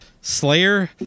Slayer